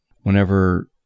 Whenever